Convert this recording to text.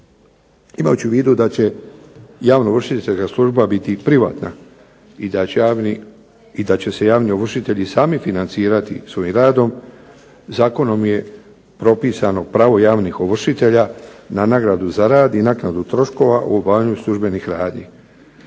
Imajući u vidu da će javnoovršiteljska služba biti i privatna i da će se javni ovršitelji sami financirati svojim radom, zakonom je propisano pravno javnih ovršitelja na nagradu za rad i naknadu troškova u obavljanju službenih radnji.